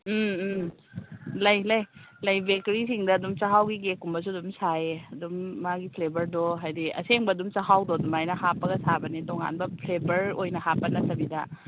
ꯎꯝ ꯎꯝ ꯂꯩ ꯂꯩ ꯂꯩ ꯕꯦꯀꯔꯤꯁꯤꯡꯗ ꯑꯗꯨꯝ ꯆꯍꯥꯎꯒꯤ ꯀꯦꯛꯀꯨꯝꯕꯁꯨ ꯑꯗꯨꯝ ꯁꯥꯏꯌꯦ ꯑꯗꯨꯝ ꯃꯥꯒꯤ ꯐ꯭ꯂꯦꯕꯔꯗꯣ ꯍꯥꯏꯗꯤ ꯑꯁꯦꯡꯕ ꯑꯗꯨꯝ ꯆꯍꯥꯎꯗꯣ ꯑꯗꯨꯃꯥꯏꯅ ꯍꯥꯞꯄꯒ ꯁꯥꯕꯅꯤ ꯇꯣꯉꯥꯟꯕ ꯐ꯭ꯂꯦꯕꯔ ꯑꯣꯏ ꯍꯥꯞꯄ ꯅꯠꯇꯕꯤꯗ